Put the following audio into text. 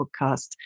Podcast